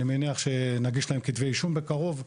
אני מניח שנגיד להם כתבי אישום בקרוב.